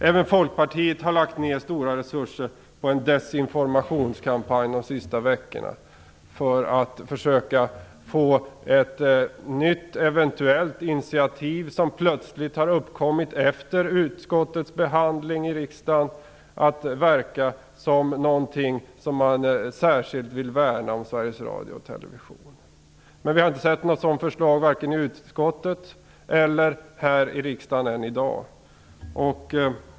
Även Folkpartiet har lagt ner stora resurser på en desinformationskampanj de senaste veckorna för att försöka få det att se ut som om ett nytt initiativ plötsligt har uppkommit efter utskottets behandling i riksdagen och verka som att man särskilt vill värna om Sveriges Radio och Sveriges Television. Men vi har inte sett något sådant förslag än i dag här i riksdagen.